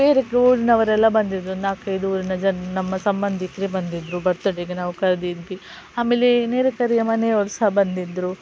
ಬೇರೆ ಊರಿನವರೆಲ್ಲ ಬಂದಿದ್ರು ನಾಲ್ಕೈದು ಊರಿನ ಜನ ನಮ್ಮ ಸಂಬಂಧಿಕ್ರೆ ಬಂದಿದ್ರು ಬರ್ತಡೇಗೆ ನಾವು ಕರೆದಿದ್ವಿ ಆಮೇಲೆ ನೆರೆ ಕೆರೆಯ ಮನೆಯವ್ರು ಸಹ ಬಂದಿದ್ರು